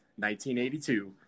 1982